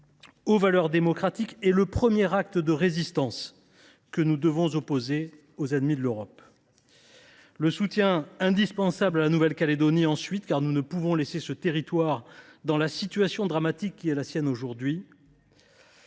aux valeurs démocratiques. C’est le premier acte de résistance que nous devons opposer aux ennemis de l’Europe. Très bien ! Je pense ensuite au soutien indispensable à la Nouvelle Calédonie. Nous ne pouvons laisser ce territoire dans la situation dramatique qui est la sienne aujourd’hui.